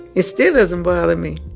it still doesn't bother me